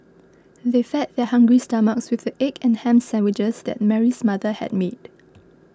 they fed their hungry stomachs with the egg and ham sandwiches that Mary's mother had made